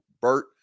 Bert